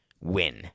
win